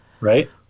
right